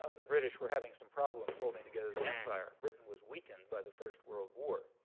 ah the british were having some problems holding together the empire. britain was weakened by the first world war.